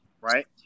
right